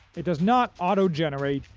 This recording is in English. it does not auto-generate,